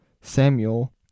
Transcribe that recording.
Samuel